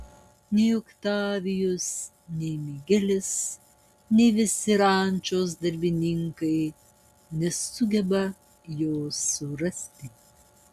nei oktavijus nei migelis nei visi rančos darbininkai nesugeba jos surasti